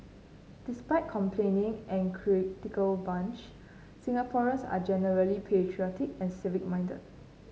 despite complaining and critical bunch Singaporeans are generally patriotic and civic minded